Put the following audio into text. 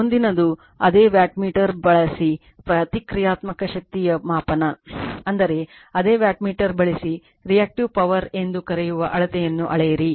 ಮುಂದಿನದು ಅದೇ ವ್ಯಾಟ್ಮೀಟರ್ ಬಳಸಿ ಪ್ರತಿಕ್ರಿಯಾತ್ಮಕ ಶಕ್ತಿಯ ಮಾಪನ ಅಂದರೆ ಅದೇ ವ್ಯಾಟ್ಮೀಟರ್ ಬಳಸಿ ರಿಯಾಕ್ಟಿವ್ ಪವರ್ ಎಂದು ಕರೆಯುವ ಅಳತೆಯನ್ನು ಅಳೆಯಿರಿ